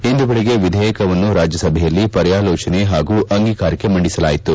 ಇಂದು ಬೆಳಗ್ಗೆ ವಿಧೇಯಕವನ್ನು ರಾಜ್ಯಸಭೆಯಲ್ಲಿ ಪರ್ಕಾಲೋಚನೆ ಹಾಗೂ ಅಂಗೀಕಾರಕ್ಕೆ ಮಂಡಿಸಲಾಯಿತು